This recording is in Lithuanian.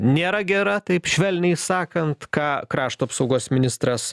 nėra gera taip švelniai sakant ką krašto apsaugos ministras